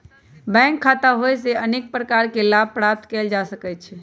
bank खता होयेसे अनेक प्रकार के लाभ प्राप्त कएल जा सकइ छै